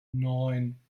neun